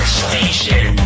station